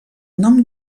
nom